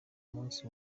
munsi